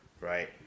right